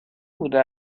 بوده